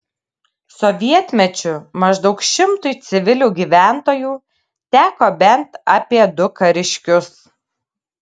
sovietmečiu maždaug šimtui civilių gyventojų teko bent apie du kariškius